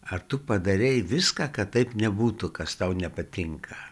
ar tu padarei viską kad taip nebūtų kas tau nepatinka